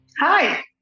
Hi